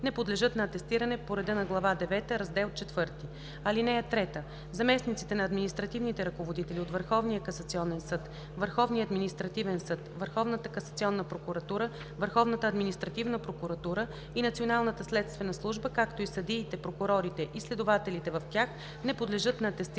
не подлежат на атестиране по реда на глава девета, раздел IV. (3) Заместниците на административните ръководители от Върховния касационен съд, Върховния административен съд, Върховната касационна прокуратура, Върховната административна прокуратура и Националната следствена служба, както и съдиите, прокурорите и следователите в тях, не подлежат на атестиране